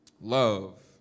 love